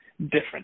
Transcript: different